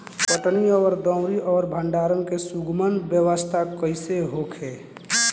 कटनी और दौनी और भंडारण के सुगम व्यवस्था कईसे होखे?